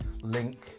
link